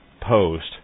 post